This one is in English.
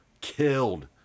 Killed